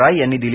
राय यांनी दिली